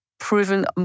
Proven